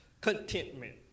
Contentment